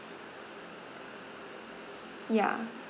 ya